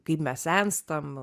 kaip mes senstam